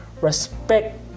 respect